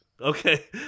Okay